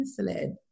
insulin